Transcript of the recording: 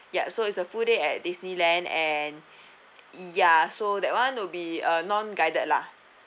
ya so is a full day at disneyland and ya so that [one] would be a non-guided lah